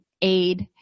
aid